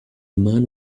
man